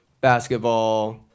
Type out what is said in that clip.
basketball